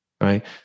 right